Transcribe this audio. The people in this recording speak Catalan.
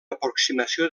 aproximació